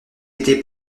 été